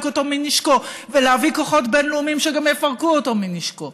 אותו מנשקו ולהביא כוחות בין-לאומיים שגם יפרקו אותו מנשקו